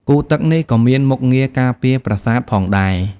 គូរទឹកនេះក៏មានមុខងារការពារប្រាសាទផងដែរ។